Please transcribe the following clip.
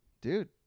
Dude